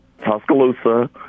Tuscaloosa